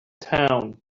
town